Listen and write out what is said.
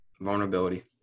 vulnerability